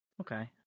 Okay